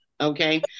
okay